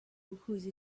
whose